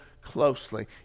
closely